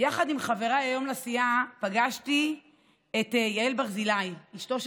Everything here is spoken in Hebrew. יחד עם חבריי לסיעה פגשתי היום את יעל ברזילי,